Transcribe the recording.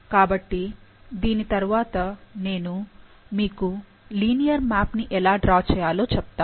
కాబట్టి దీని తరువాత నేను మీకు లీనియర్ మ్యాప్ ని ఎలా డ్రా చేయాలో చెప్తాను